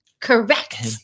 Correct